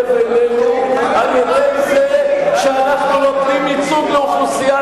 לבינינו על-ידי זה שאנחנו נותנים ייצוג לאוכלוסייה,